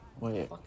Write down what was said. Wait